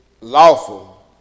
lawful